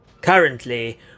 Currently